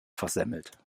versemmelt